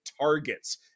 targets